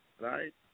right